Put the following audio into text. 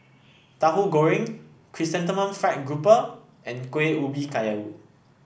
Tahu Goreng Chrysanthemum Fried Grouper and Kuih Ubi Kayu